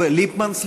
ליפמן.